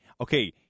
okay